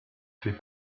fait